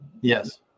Yes